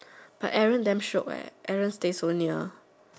but Aaron damn shiok eh Aaron stay so near